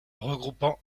regroupant